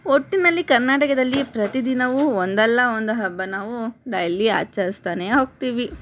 ಒಟ್ಟಿನಲ್ಲಿ ಕರ್ನಾಟಕದಲ್ಲಿ ಪ್ರತಿದಿನವೂ ಒಂದಲ್ಲ ಒಂದು ಹಬ್ಬ ನಾವು ಡೈಲಿ ಆಚರಿಸ್ತಾನೆ ಹೋಗ್ತೀವಿ